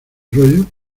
rollo